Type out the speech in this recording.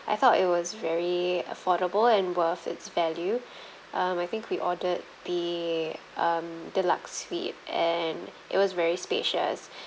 I thought it was very affordable and worth its value um I think we ordered the um deluxe suite and it was very spacious